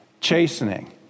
chastening